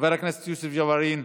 חבר הכנסת יוסף ג'בארין,